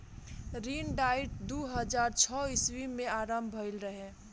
ऋण डाइट दू हज़ार छौ ईस्वी में आरंभ भईल रहे